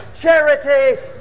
Charity